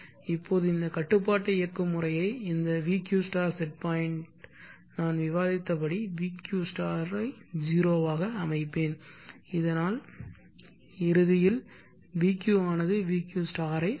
இப்போது இந்த கட்டுப்பாட்டு இயக்கும் முறையை இந்த vq செட் பாயிண்ட் நான் விவாதித்தபடி vq ஐ 0 ஆக அமைப்பேன் இதனால் இறுதியில் vq ஆனது vq ஐ அடையும்